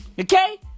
Okay